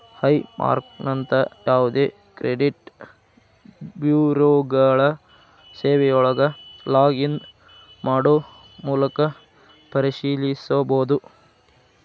high ಮಾರ್ಕ್ನಂತ ಯಾವದೇ credit ಬ್ಯೂರೋಗಳ ಸೇವೆಯೊಳಗ ಲಾಗ್ ಇನ್ ಮಾಡೊ ಮೂಲಕ ಪರಿಶೇಲಿಸಬೋದ